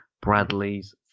Bradley's